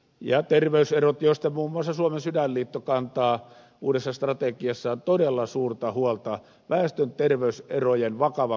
ja terveyserot joista muun muassa suomen sydänliitto kantaa uudessa strategiassaan todella suurta huolta väestön terveyserojen vakavasta kasvusta